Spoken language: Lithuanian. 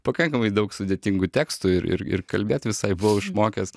pakankamai daug sudėtingų tekstų ir ir ir kalbėt visai buvau išmokęs